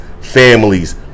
families